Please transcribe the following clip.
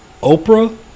Oprah